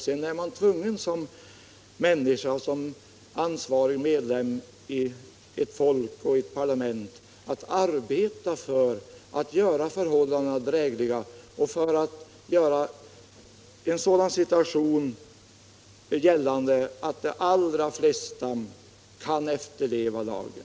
Sedan är man tvungen som människa och som ansvarig medlem av ett parlament att arbeta för att göra förhållandena drägliga och göra situationen sådan att de allra flesta kan efterleva lagen.